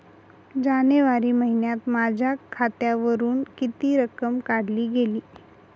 जानेवारी महिन्यात माझ्या खात्यावरुन किती रक्कम काढली गेली?